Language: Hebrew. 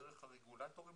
דרך הרגולטורים,